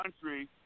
country